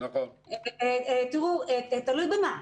תלוי במה.